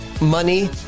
money